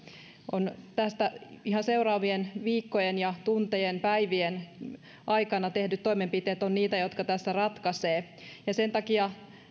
on ihan seuraavien viikkojen tuntien päivien aikana tehdyt toimenpiteet ovat niitä jotka tässä ratkaisevat ja sen takia